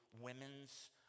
women's